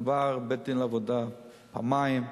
עבר בית-דין לעבודה פעמיים,